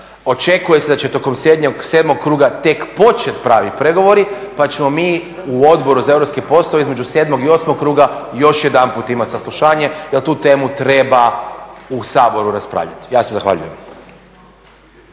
očekuje se da će tokom 7 kruga tek početi pravi pregovori pa ćemo mi u Odboru za europske poslove između 7. i 8. kruga još jedanput imati saslušanje da tu temu treba u Saboru raspravljati. Ja se zahvaljujem.